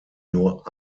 nur